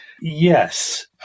yes